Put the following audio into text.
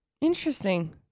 Interesting